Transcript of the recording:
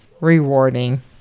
rewarding